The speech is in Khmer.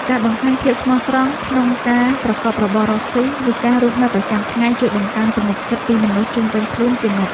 ការបង្ហាញភាពស្មោះត្រង់ក្នុងការប្រកបរបររកស៊ីឬការរស់នៅប្រចាំថ្ងៃជួយបង្កើនទំនុកចិត្តពីមនុស្សជុំវិញខ្លួនជានិច្ច។